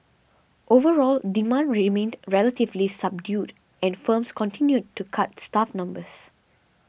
overall demand remained relatively subdued and firms continued to cut staff numbers